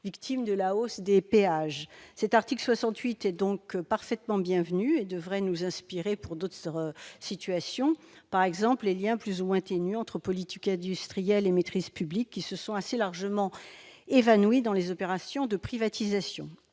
victimes de la hausse des péages cette article 68 et donc parfaitement bienvenue et devrait nous inspirer pour d'autres, sur la situation, par exemple, les Liens plus ou moins ténue entre politiques, industriels et maîtrise publique qui se sont assez largement évanouie dans les opérations de privatisation